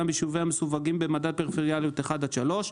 ביישובים המסווגים במדד הפריפריאליות 1 עד 3,